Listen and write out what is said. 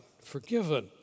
forgiven